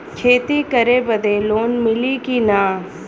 खेती करे बदे लोन मिली कि ना?